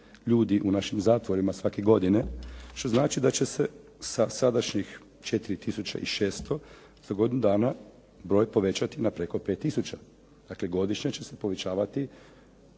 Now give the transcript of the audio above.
u našim zatvorima svake godine što znači da će se sa sadašnjih 4600 za godinu dana broj povećati na preko 5000. Dakle, godišnje će se povećavati